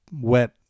wet